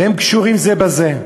והם קשורים זה בזה.